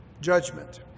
judgment